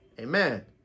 Amen